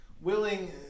willing